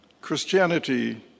Christianity